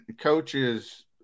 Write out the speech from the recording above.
coaches